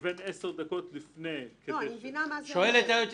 לבין 10 דקות לפני כדי --- שואלת היועצת